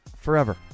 forever